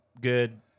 good